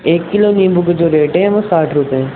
ایک کلو نیمبو کے جو ریٹ ہے وہ ساٹھ روپے ہے